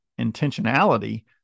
intentionality